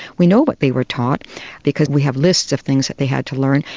we know what they were taught because we have lists of things that they had to learn,